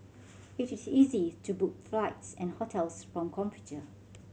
it is easy to book flights and hotels from computer